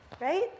right